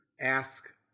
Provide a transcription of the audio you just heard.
ask